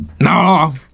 no